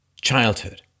childhood